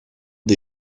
des